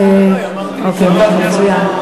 אוקיי, מצוין.